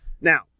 now